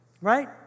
Right